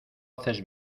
haces